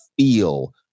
feel